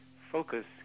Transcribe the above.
focus